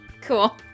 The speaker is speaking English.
Cool